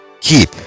keep